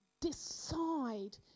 decide